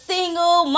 Single